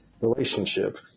relationship